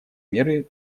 меры